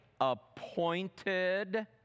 appointed